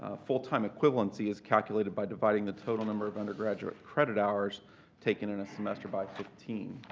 ah full-time equivalency is calculated by dividing the total number of undergraduate credit hours taken in a semester by fifteen.